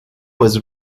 was